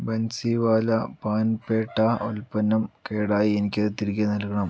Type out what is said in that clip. ബൻസിവാല പാൻ പേട്ട ഉൽപ്പന്നം കേടായി എനിക്ക് അത് തിരികെ നൽകണം